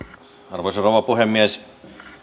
arvoisa rouva puhemies